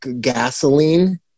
gasoline